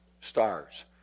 stars